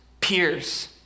peers